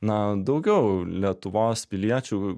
na daugiau lietuvos piliečių